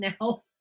now